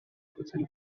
گذرد